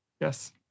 Yes